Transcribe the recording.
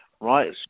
right